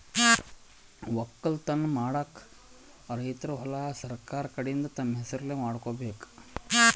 ವಕ್ಕಲತನ್ ಮಾಡಕ್ಕ್ ರೈತರ್ ಹೊಲಾ ಸರಕಾರ್ ಕಡೀನ್ದ್ ತಮ್ಮ್ ಹೆಸರಲೇ ಮಾಡ್ಕೋಬೇಕ್